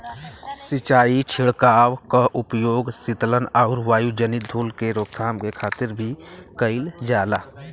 सिंचाई छिड़काव क उपयोग सीतलन आउर वायुजनित धूल क रोकथाम के खातिर भी कइल जाला